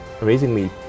amazingly